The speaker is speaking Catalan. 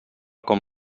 com